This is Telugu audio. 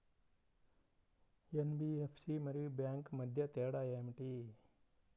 ఎన్.బీ.ఎఫ్.సి మరియు బ్యాంక్ మధ్య తేడా ఏమిటీ?